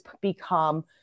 become